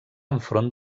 enfront